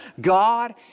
God